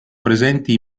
presenti